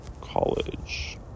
College